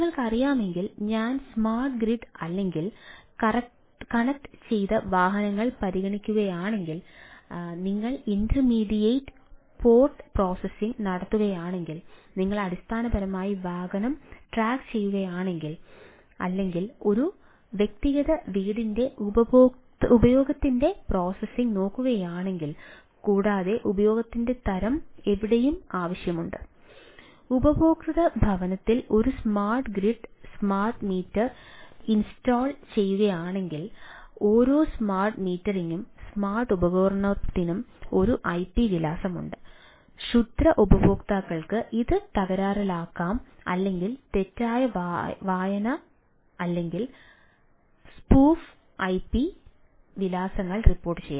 നിങ്ങൾക്ക് അറിയാമെങ്കിൽ ഞാൻ സ്മാർട്ട് ഗ്രിഡ് ഐപി വിലാസങ്ങൾ റിപ്പോർട്ടുചെയ്യാം